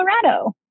Colorado